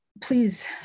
please